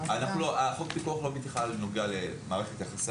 חוק הפיקוח לא חל בנוגע למערכת יחסי